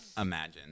imagine